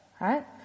right